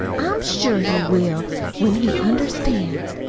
i'm sure he will when he understands.